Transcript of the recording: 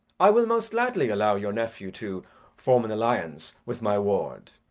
i will most gladly allow your nephew to form an alliance with my ward.